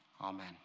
Amen